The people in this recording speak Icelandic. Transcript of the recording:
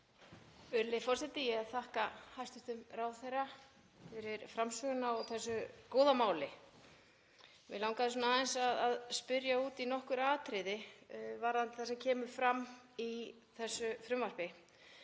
forseti. Ég þakka hæstv. ráðherra fyrir framsöguna á þessu góða máli. Mig langaði aðeins að spyrja út í nokkur atriði varðandi það sem kemur fram í þessu frumvarpi.